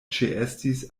ĉeestis